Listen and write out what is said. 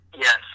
Yes